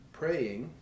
praying